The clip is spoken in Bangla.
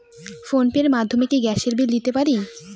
ফোন পে র মাধ্যমে কি গ্যাসের বিল দিতে পারি?